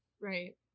Right